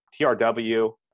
TRW